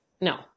no